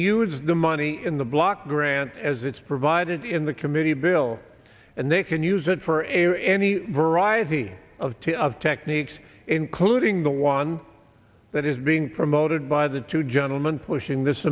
use the money in the block grant as it's provided in the committee bill and they can use it for any variety of tea of techniques including the one that is being promoted by the two gentleman pushing this